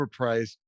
overpriced